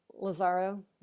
Lazaro